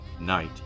night